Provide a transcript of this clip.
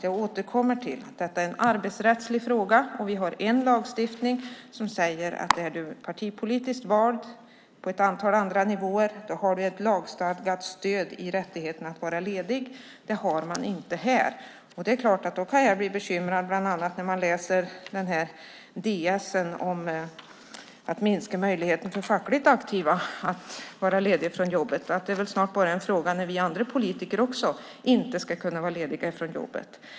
Jag återkommer till att det är en arbetsrättslig fråga och vi har en lagstiftning som säger att är du partipolitiskt vald på ett antal andra nivåer har du ett lagstadgat stöd i rättigheten att vara ledig. Det har man inte här. Då kan jag bli bekymrad bland annat när jag läser den här departementsskrivelsen om att minska möjligheten för fackligt aktiva att vara lediga från jobbet. Det är väl snart bara en fråga om tid tills vi andra politiker inte heller ska kunna vara lediga från jobbet.